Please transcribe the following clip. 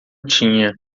tinha